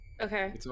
Okay